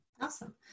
Awesome